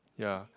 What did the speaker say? ya